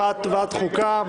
אחת ועדת החוקה,